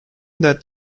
that